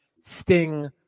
Sting